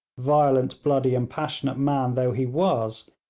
violent, bloody, and passionate man though he was,